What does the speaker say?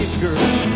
girl